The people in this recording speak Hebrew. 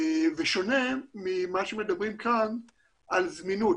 בשונה ממה שמדברים כאן על זמינות,